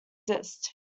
exist